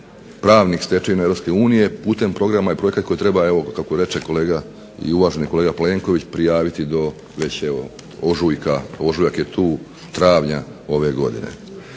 pravnih stečevina Europske unije putem programa i projekata koje treba evo kako reče kolega i uvaženi kolega Plenković prijaviti do već evo ožujka. Ožujak je tu, travnja ove godine.